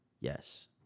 Yes